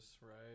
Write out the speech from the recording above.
right